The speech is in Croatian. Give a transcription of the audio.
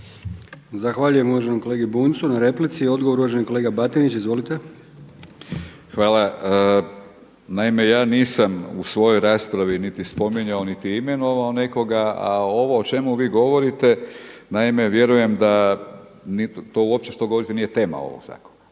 Zahvaljujem uvaženom kolegi Bunjcu na replici. I odgovor uvaženi kolega Batinić, izvolite. **Batinić, Milorad (HNS)** Hvala. Naime ja nisam u svojoj raspravi spominjao niti imenovao nekoga a ovo o čemu vi govorite, naime, vjerujem da to uopće što govorite nije tema ovog zakona,